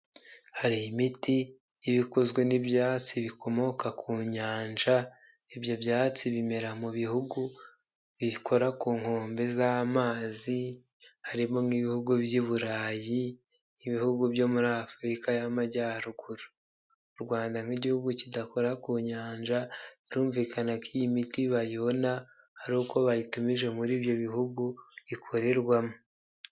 Hari imiti iba ibikozwe n'ibyatsi bikomoka ku nyanja ibyo byatsi bimera mu bihugu bikora ku nkombe z'amazi harimo nk'ibihugu by'Iburayi, ibihugu byo muri Afurika y'Amajyaruguru, u Rwanda nk'igihugu kidakora ku nyanja birumvikana ko iyi miti bayibona ari uko bayitumije muri ibyo bihugu ikorerwamo.